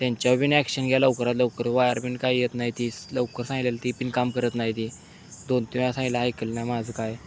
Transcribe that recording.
त्यांच्यावर बी ॲक्शन घ्या लवकरात लवकर वायरमॅन काय येत नाही ती स् लवकर सांगितलं ती पण काम करत नाही ती दोनतीन वेळा सांगितलं ऐकलं नाही माझं काही